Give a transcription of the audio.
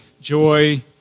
Joy